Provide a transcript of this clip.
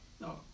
No